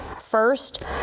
First